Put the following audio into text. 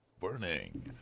Burning